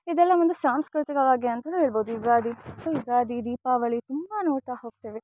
ಇದೆಲ್ಲ ಒಂದು ಸಾಂಸ್ಕೃತಿಕವಾಗಿ ಅಂತಾನು ಹೇಳ್ಬೌದು ಯುಗಾದಿ ಸೊ ಯುಗಾದಿ ದೀಪಾವಳಿ ತುಂಬ ನೋಡ್ತಾ ಹೋಗ್ತೀವಿ